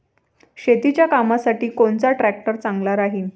शेतीच्या कामासाठी कोनचा ट्रॅक्टर चांगला राहीन?